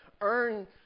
earn